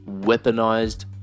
Weaponized